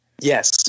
Yes